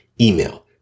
Email